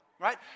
right